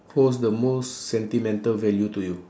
holds the most sentimental value to you